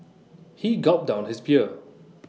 he gulped down his beer